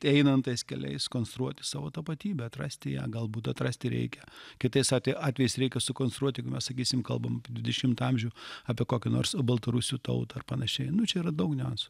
einant tais keliais konstruoti savo tapatybę atrasti ją galbūt atrasti reikia kitais atvejais reikia sukonstruoti jeigu mes sakysim kalbam apie dvidešimtą amžių apie kokią nors baltarusių tautą ar panašiai nu čia yra daug niuansų